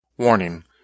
Warning